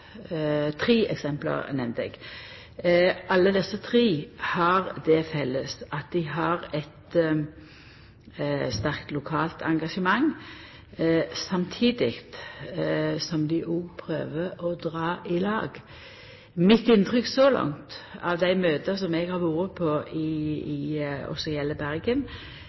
sterkt lokalt engasjement, samtidig som dei òg prøver å dra i lag. Mitt inntrykk så langt av dei møta som eg har vore på som gjeld Bergen,